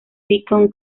beacon